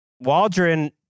Waldron